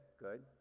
good